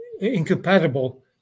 incompatible